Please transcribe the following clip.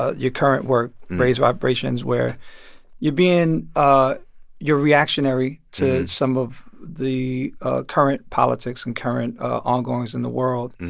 your current work raise vibration where you're being ah you're reactionary to some of the ah current politics and current ongoings in the world.